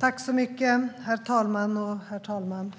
Herr talman!